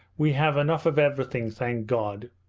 we have enough of everything, thank god.